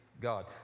God